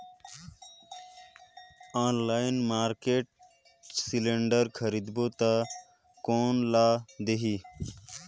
Online market cylinder खरीदबो ता कोन ला देही?